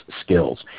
skills